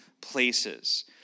places